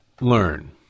learn